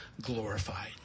glorified